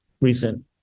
recent